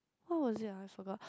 what was it I forgot